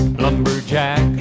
lumberjack